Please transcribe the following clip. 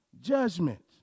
judgment